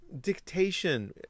dictation